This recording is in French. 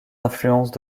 influences